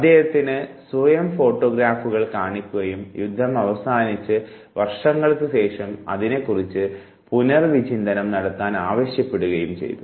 അദ്ദേഹത്തിന് സ്വന്തം ഫോട്ടോഗ്രാഫുകൾ കാണിക്കുകയും യുദ്ധം അവസാനിച്ച് വർഷങ്ങൾക്ക് ശേഷം അതിനെക്കുറിച്ച് പുനർവിചിന്തനം നടത്താൻ ആവശ്യപ്പെടുകയും ചെയ്തു